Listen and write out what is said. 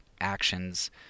actions